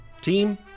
Team